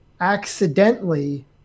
accidentally